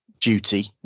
duty